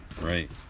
right